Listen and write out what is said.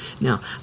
Now